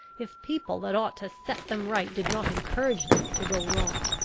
if people that ought to set them right did not encourage them to go wrong.